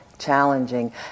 challenging